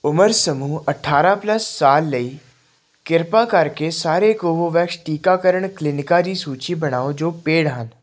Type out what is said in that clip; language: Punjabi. ਉਮਰ ਸਮੂਹ ਅਠਾਰਾਂ ਪਲਸ ਸਾਲ ਲਈ ਕਿਰਪਾ ਕਰਕੇ ਸਾਰੇ ਕੋਵੋਵੈਕਸ ਟੀਕਾਕਰਨ ਕਲੀਨਿਕਾਂ ਦੀ ਸੂਚੀ ਬਣਾਓ ਜੋ ਪੇਡ ਹਨ